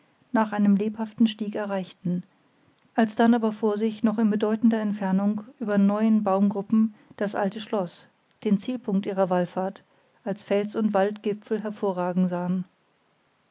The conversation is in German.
nach einem lebhaften stieg erreichten alsdann aber vor sich noch in bedeutender entfernung über neuen baumgruppen das alte schloß den zielpunkt ihrer wallfahrt als felsund waldgipfel hervorragen sahen